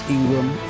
Ingram